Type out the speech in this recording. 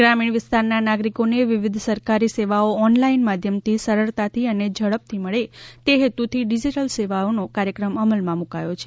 ગ્રામીણ વિસ્તારના નાગરિકોને વિવિધ સરકારી સેવાઓ ઓનલાઈન માધ્યમથી સરળતાથી અને ઝડપથી મળી શકે તે હેતુથી ડીજીટલ સેવાસેતુ કાર્યક્રમ અમલમાં મૂકાયો છે